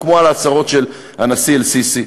כמו בהצהרות של הנשיא א-סיסי.